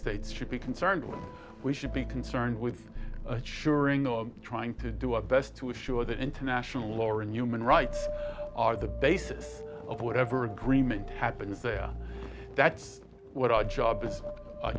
states should be concerned with we should be concerned with assuring or trying to do our best to assure that international lower and human rights are the basis of whatever agreement happens there that's what our job is